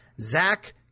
Zach